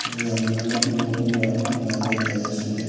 ꯃꯤ ꯌꯥꯝꯅ ꯅꯣꯛꯅꯤꯡ ꯅꯣꯛꯅꯤꯡꯕ ꯅꯨꯡꯉꯥꯏꯕ ꯀꯌꯥꯁꯨ ꯂꯩ